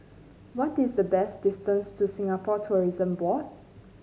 what is the best distance to Singapore Tourism Board